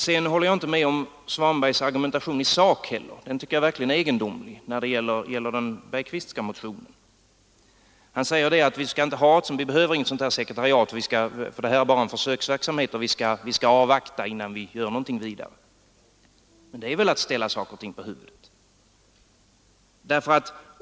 Sedan håller jag inte heller med om herr Svanbergs argumentation i sak — den tycker jag verkligen är egendomlig — då det gäller den Bergqvistska motionen. Han säger att vi inte behöver något sådant här sekretariat, för det är bara fråga om en försöksverksamhet, och vi skall avvakta innan vi gör någonting vidare. Det är väl att ställa saker och ting på huvudet.